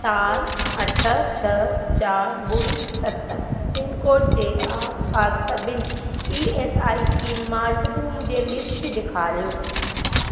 चारि अठ छह चारि ॿुड़ी सत पिनकोड जे आसपास सभिनी ई एस आई सी मर्कज़नि जी लिस्ट ॾेखारियो